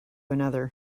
another